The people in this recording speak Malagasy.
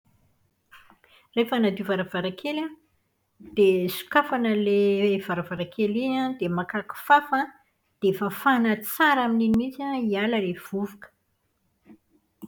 Rehefa hanadio varavarankely an, dia sokafana ilay varavarankely iny an dia maka kifafa an, dia fafana tsara amin'iny mihitsy an hiala ilay vovoka.